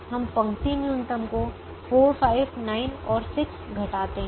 हम पंक्ति न्यूनतम को 4 5 9 और 6 घटाते हैं